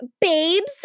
babes